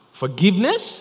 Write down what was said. forgiveness